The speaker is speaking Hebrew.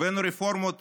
הבאנו רפורמות